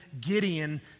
Gideon